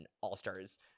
All-Stars